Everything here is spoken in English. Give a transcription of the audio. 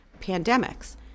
pandemics